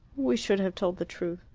we should have told the truth.